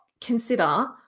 consider